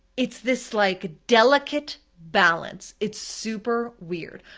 it's this like delicate balance, it's super weird.